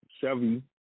Chevy